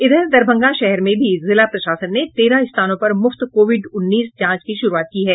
इधर दरभंगा शहर में भी जिला प्रशासन ने तेरह स्थानों पर मुफ्त कोविड उन्नीस जांच की शुरूआत की है